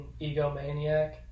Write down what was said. egomaniac